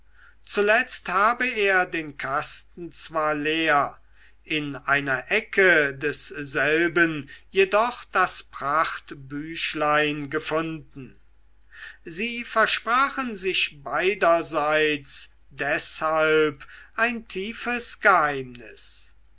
zuletzt habe er den kasten zwar leer in einer ecke desselben jedoch das prachtbüchlein gefunden sie versprachen sich beiderseits deshalb ein tiefes geheimnis